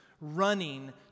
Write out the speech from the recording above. running